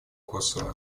косово